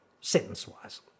sentence-wise